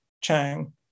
Chang